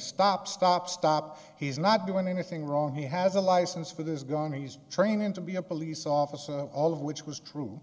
stop stop stop he's not doing anything wrong he has a license for this gone he's training to be a police officer all of which was true